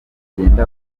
agende